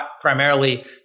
primarily